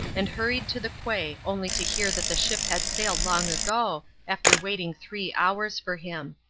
and hurried to the quay only to hear that the ship had sailed long ago, after waiting three hours for him.